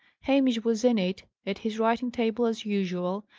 hamish was in it, at his writing-table as usual,